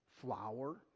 flour